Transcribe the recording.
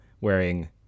wearing